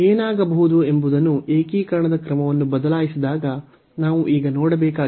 ಏನಾಗಬಹುದು ಎಂಬುದನ್ನು ಏಕೀಕರಣದ ಕ್ರಮವನ್ನು ಬದಲಾಯಿಸಿದಾಗ ನಾವು ಈಗ ನೋಡಬೇಕಾಗಿದೆ